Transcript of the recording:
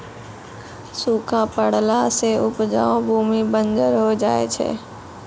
सूखा पड़ला सें उपजाऊ भूमि बंजर होय जाय छै